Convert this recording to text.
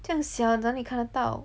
这样小哪里看得到